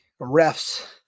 refs